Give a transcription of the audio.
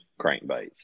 crankbaits